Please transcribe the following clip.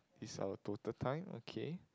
this is our total time okay